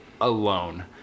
alone